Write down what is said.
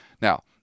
now